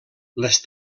les